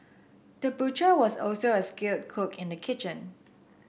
the butcher was also a skilled cook in the kitchen